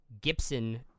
Gibson